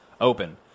open